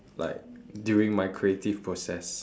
like during my creative process